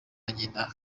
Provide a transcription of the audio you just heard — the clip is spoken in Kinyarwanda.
nyina